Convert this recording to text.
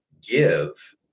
give